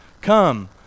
Come